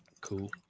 Cool